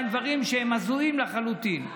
דברים שהם הזויים לחלוטין.